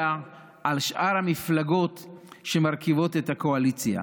על שאר המפלגות שמרכיבות את הקואליציה.